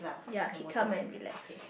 ya keep calm and relax